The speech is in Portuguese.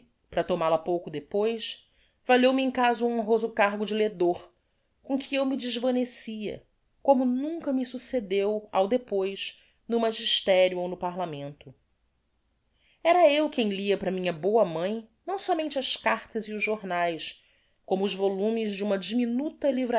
para tomal a pouco depois valeu me em casa o honroso cargo de ledor com que me eu desvanecia como nunca me succedeu ao depois no magisterio ou no parlamento era eu quem lia para minha boa mãe não sómente as cartas e os jornaes como os volumes de uma diminuta